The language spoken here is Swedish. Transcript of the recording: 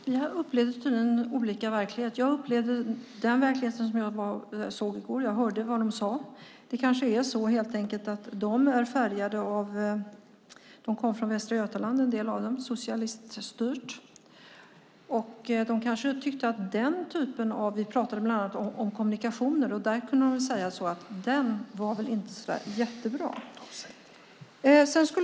Herr talman! Vi upplever tydligen olika verkligheter. Jag upplevde den verklighet jag såg i går, och jag hörde vad Småkom sade. En del av dem kommer från Västra Götaland, socialiststyrt, och de är kanske färgade av det. Vi pratade bland annat om kommunikationer, och de sade att de inte var så där jättebra.